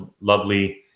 lovely